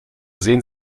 sehen